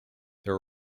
there